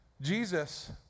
Jesus